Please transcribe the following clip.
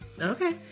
Okay